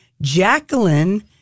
Jacqueline